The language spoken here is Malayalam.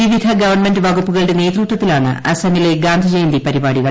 വിവിധ ഗവൺമെന്റ് വകുപ്പുകളുടെ നേതൃത്വത്തിലാണ് അസമിലെ ഗാന്ധിജയന്തി പരിപാടികൾ